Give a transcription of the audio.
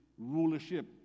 rulership